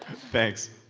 thanks